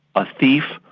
a thief,